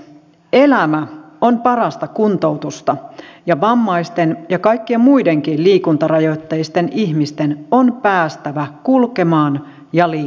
elämä on parasta kuntoutusta ja vammaisten ja kaikkien muidenkin liikuntarajoitteisten ihmisten on päästävä kulkemaan ja liikkumaan